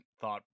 thought